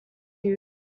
you